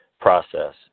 process